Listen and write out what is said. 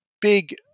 big